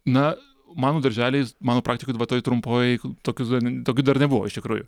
na mano darželis mano praktikoj va toj trumpoj tokių dar tokių dar nebuvo iš tikrųjų